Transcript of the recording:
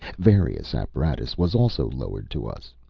various apparatus was also lowered to us.